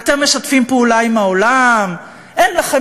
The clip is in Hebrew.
אתם משתפים פעולה עם העולם,